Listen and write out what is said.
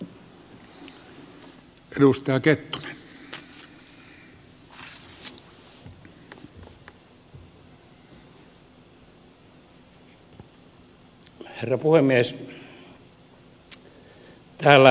herra puhemies